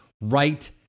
right